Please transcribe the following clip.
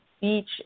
beach